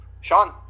Sean